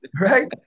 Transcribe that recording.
right